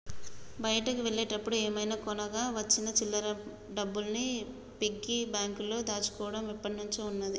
బయటికి వెళ్ళినప్పుడు ఏమైనా కొనగా వచ్చిన చిల్లర డబ్బుల్ని పిగ్గీ బ్యాంకులో దాచుకోడం ఎప్పట్నుంచో ఉన్నాది